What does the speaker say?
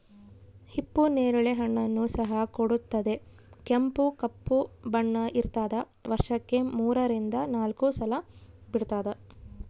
ಹಿಪ್ಪು ನೇರಳೆ ಹಣ್ಣನ್ನು ಸಹ ಕೊಡುತ್ತದೆ ಕೆಂಪು ಕಪ್ಪು ಬಣ್ಣ ಇರ್ತಾದ ವರ್ಷಕ್ಕೆ ಮೂರರಿಂದ ನಾಲ್ಕು ಸಲ ಬಿಡ್ತಾದ